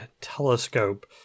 telescope